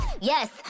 yes